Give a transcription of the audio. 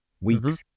week's